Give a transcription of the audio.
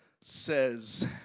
says